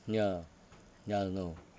ya ya no